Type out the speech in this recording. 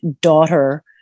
daughter